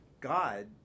God